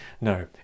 No